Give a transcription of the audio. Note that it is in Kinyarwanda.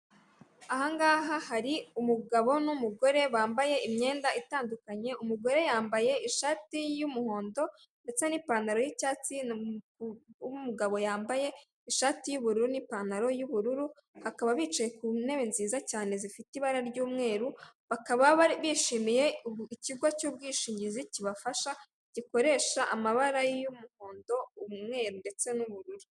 Aha ngaha hari umugabo n'umugore bambaye imyenda itandukanye. Umugore yambaye ishati y'umuhondo ndetse n'ipantaro y'icyatsi, umugabo yambaye ishati y'ubururu n'ipantaro y'ubururu, bakaba bicaye ku ntebe nziza cyane zifite ibara ry'umweru, bakaba bari bishimiye ikigo cy'ubwishingizi kibafasha, gikoresha amabara y'umuhondo, umweru ndetse n'ubururu.